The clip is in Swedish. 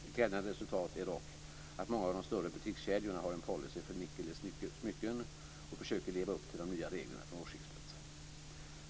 Ett glädjande resultat är dock att många av de större butikskedjorna har en policy för nickel i smycken och försöker leva upp till de nya reglerna från årsskiftet.